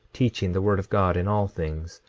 teaching the word of god in all things,